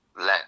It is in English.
let